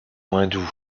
hindoue